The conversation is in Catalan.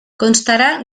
constarà